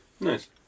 Nice